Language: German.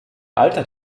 alter